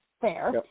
fair